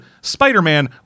Spider-Man